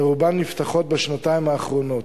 ורובן נפתחו בשנתיים האחרונות.